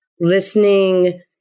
listening